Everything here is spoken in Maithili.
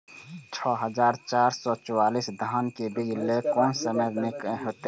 छः हजार चार सौ चव्वालीस धान के बीज लय कोन समय निक हायत?